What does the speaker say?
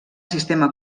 sistema